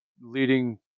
leading